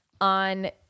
On